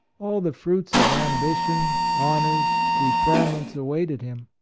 all the fruits of ambition, honors, preferments awaited him.